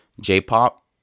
J-pop